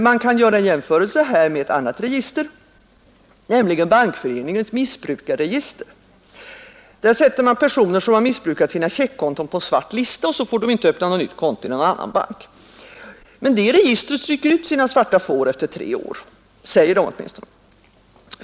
Man kan göra jämförelser med ett annat register, nämligen Bankföreningens missbrukarregister. Personer som missbrukat sina checkkonton förs där upp på en svart lista, och sedan fär de inte öppna något nytt konto i någon annan bank heller. Men det registret stryker ut sina svarta får efter tre år, åtminstone säger man så.